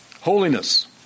Holiness